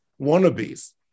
wannabes